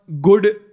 good